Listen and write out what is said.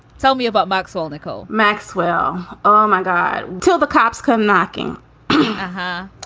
tell me about maxwell. nicole maxwell. oh, my god. until the cops come knocking her